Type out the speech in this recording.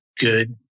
good